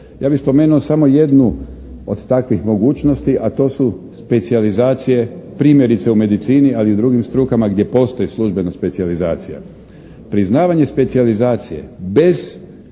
Ja bi spomenuo samo jednu od takvih mogućnosti a to su specijalizacije, primjerice u medicini, ali i drugim strukama gdje postoji službeno specijalizacija. Priznavanje specijalizacije bez